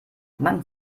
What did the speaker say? man